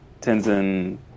Tenzin